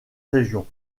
région